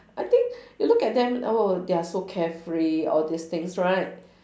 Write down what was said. I think you look at them oh they are so carefree all these things right